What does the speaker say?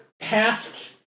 past